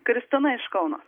kristina iš kauno